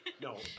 no